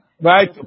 Right